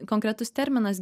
konkretus terminas